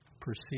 perceive